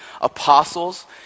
Apostles